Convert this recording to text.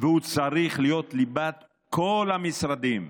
והוא צריך להיות ליבת כל המשרדים.